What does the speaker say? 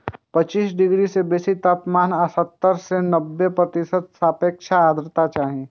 पच्चीस डिग्री सं बेसी तापमान आ सत्तर सं नब्बे प्रतिशत सापेक्ष आर्द्रता चाही